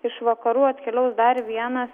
iš vakarų atkeliaus dar vienas